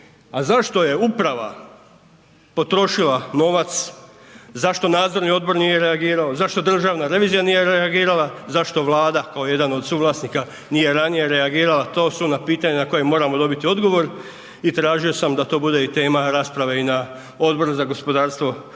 zašto je uprava potrošila novac, zašto nadzorni odbor nije reagirao, zašto državna revizija nije reagirala, zašto vlada kao jedan od suvlasnika nije ranije reagirala? To su ona pitanja na koja moramo dobiti odgovor i tražio sam da to bude i tema rasprave i na Odboru za gospodarstvo Hrvatskog